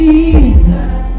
Jesus